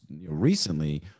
recently